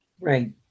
Right